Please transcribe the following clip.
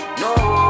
no